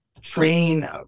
train